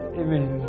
amen